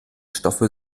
stoffe